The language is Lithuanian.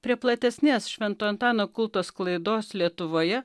prie platesnės švento antano kulto sklaidos lietuvoje